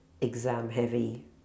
exam-heavy